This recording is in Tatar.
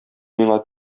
миңа